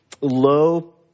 low